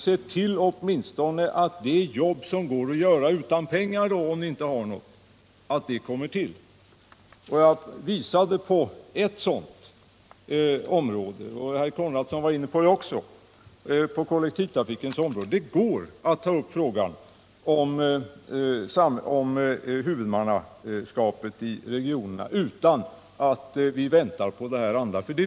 Se åtminstone till att de jobb som kan göras utan ytterligare medelstillskott blir utförda, om ni nu inte har några pengar! Jag pekade på en sådan möjlighet inom kollektivtrafikens område, och herr Konradsson var också inne på det. Det går att ta upp frågan om huvudmannaskapet i regionerna utan att vi väntar på lösningen av de andra frågorna.